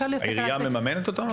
העירייה מממנת אותם באיזשהו אופן?